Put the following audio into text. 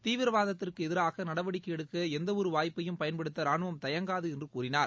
தீவிரவாதத்திற்கு எதிராக நடவடிக்கை எடுக்க எந்தவொரு வாய்ப்பையும் பயன்படுத்த ராணுவம் தயங்காது என்று கூறினார்